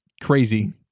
crazy